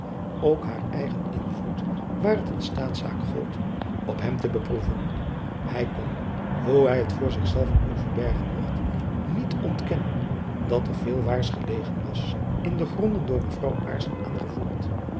ook haar eigen invloed waar t een staatszaak gold op hem te beproeven hy kon hoe hy t voor zich zelven ook verbergen mocht niet ontkennen dat er veel waars gelegen was in de gronden door mevrouw aarssen aangevoerd